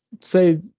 say